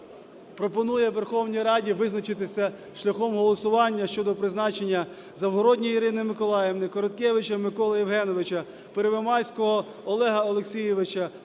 пропонує Верховній Раді визначитися шляхом голосування щодо призначення Завгородньої Ірини Миколаївни, Короткевича Миколи Євгеновича, Первомайського Олега Олексійовича